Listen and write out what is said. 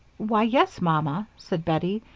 why, yes, mamma, said bettie.